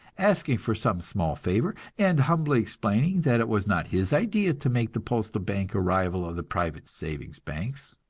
asking for some small favor, and humbly explaining that it was not his idea to make the postal bank a rival of the private savings banks.